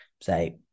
say